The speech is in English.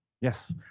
Yes